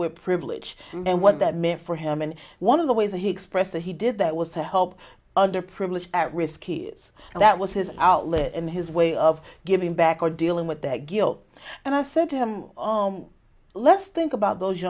with privilege and what that meant for him and one of the ways he expressed that he did that was to help underprivileged at risk kids and that was his outlet in his way of giving back or dealing with their guilt and i said to him let's think about those you